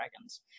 Dragons